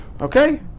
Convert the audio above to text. Okay